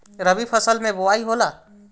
रबी फसल मे बोआई होला?